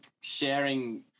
sharing